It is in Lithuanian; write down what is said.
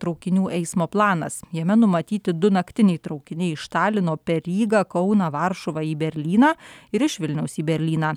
traukinių eismo planas jame numatyti du naktiniai traukiniai iš talino per rygą kauną varšuvą į berlyną ir iš vilniaus į berlyną